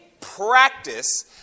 practice